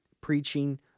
preaching